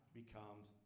becomes